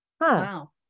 Wow